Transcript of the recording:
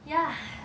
ya